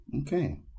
Okay